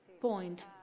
point